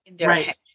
Right